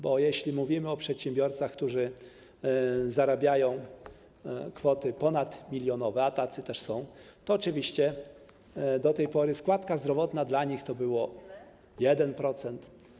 Bo jeśli mówimy o przedsiębiorcach, którzy zarabiają kwoty ponadmilionowe, a tacy też są, to do tej pory składka zdrowotna dla nich wynosiła 1%.